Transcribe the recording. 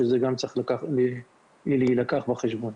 שגם זה דבר שצריך להילקח בחשבון.